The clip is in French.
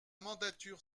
mandature